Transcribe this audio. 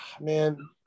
Man